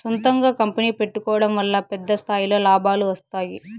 సొంతంగా కంపెనీ పెట్టుకోడం వల్ల పెద్ద స్థాయిలో లాభాలు వస్తాయి